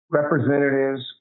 representatives